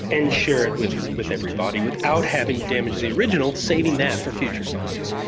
and share it with with everybody without having damage to the original, saving that for future scientists.